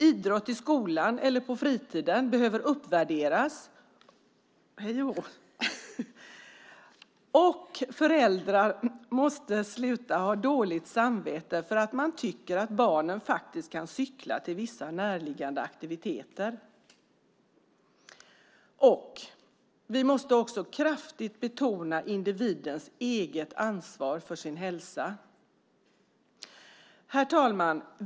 Idrott i skolan eller på fritiden behöver uppvärderas och föräldrar måste sluta att ha dåligt samvete för att man tycker att barnen faktiskt kan cykla till vissa närliggande aktiviteter. Vi måste också kraftigt betona individens eget ansvar för sin hälsa. Herr talman!